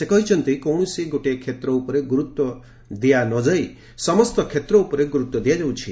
ସେ କହିଛନ୍ତି କୌଣସି ଗୋଟିଏ କ୍ଷେତ୍ର ଉପରେ ଗୁରୁତ୍ୱ ଦିଆନଯାଇ ସମସ୍ତ କ୍ଷେତ୍ର ଉପରେ ଗୁରୁତ୍ୱ ଦିଆଯାଉଛି